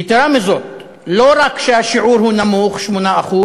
יתרה מזאת, לא רק שהשיעור הוא נמוך, 8%,